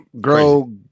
grow